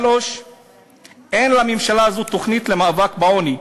3. אין לממשלה הזאת תוכנית למאבק בעוני.